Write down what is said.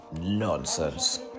Nonsense